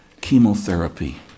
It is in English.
chemotherapy